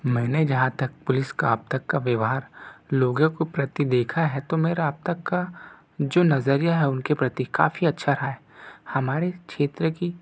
मैने जहाँ तक पुलिस का अब तक का व्यवहार लोगों के प्रति देखा है तो मेरा अब तक का जो नज़रिया है उनके प्रति काफ़ी अच्छा रहा है हमारे क्षेत्र की